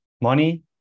money